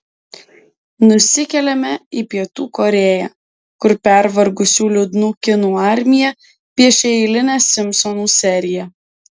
nusikeliame į pietų korėją kur pervargusių liūdnų kinų armija piešia eilinę simpsonų seriją